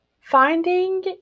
finding